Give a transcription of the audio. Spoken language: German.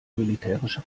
militärische